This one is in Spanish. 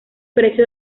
precio